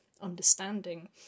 understanding